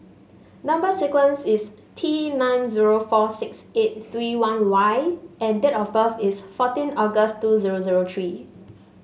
number sequence is T nine zero four six eight three one Y and date of birth is fourteen August two zero zero three